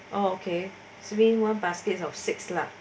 okay so when one baskets of six lah